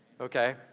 Okay